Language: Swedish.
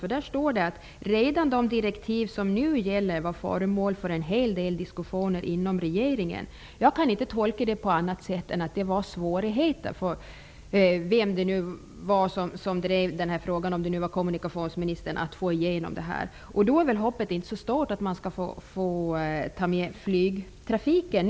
Där sade kommunikationsministern:'' --- redan de direktiv som nu gäller var föremål för en hel del diskussioner inom regeringen.'' Jag kan inte tolka det på annat sätt än att det var svårigheter för vem det nu var, kanske kommunikationsministern, som drev frågan om att få igenom detta. Då är väl hoppet inte så stort att man skall få ta med flygtrafiken.